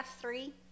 three